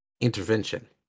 intervention